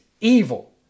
evil